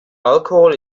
alkohol